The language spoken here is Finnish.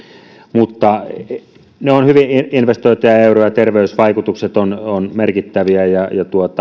ne ovat hyvin investoituja euroja ja terveysvaikutukset ovat merkittäviä ja